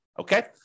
Okay